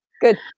Good